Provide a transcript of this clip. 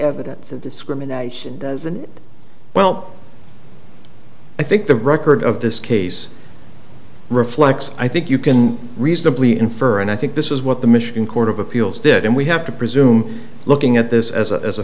evidence of discrimination does and well i think the record of this case reflects i think you can reasonably infer and i think this is what the michigan court of appeals did and we have to presume looking at this as a as a